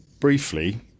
Briefly